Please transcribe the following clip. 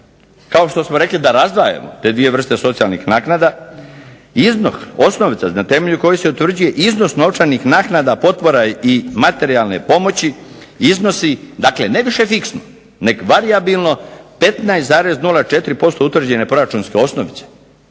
Kao što smo rekli da razdvajamo te dvije vrste socijalnih naknada iznos osnovica na temelju kojih se utvrđuje iznos novčanih naknada, potpora i materijalne pomoći iznosi, dakle ne više fiksno nego varijabilno, 15,04% utvrđene proračunske osnovice.